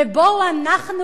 ובואו אנחנו,